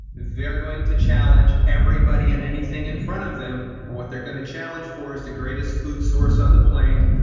they're going to challenge everybody and anything in front of them. and what they're going to challenge for is the greatest food source on the plain,